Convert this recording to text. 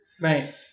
Right